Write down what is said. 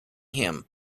him